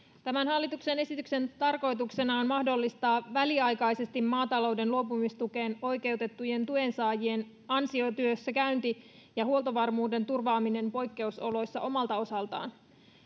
tämän hallituksen esityksen tarkoituksena on väliaikaisesti mahdollistaa maatalouden luopumistukeen oikeutettujen tuensaajien ansiotyössä käynti ja huoltovarmuuden turvaaminen poikkeusoloissa omalta osaltaan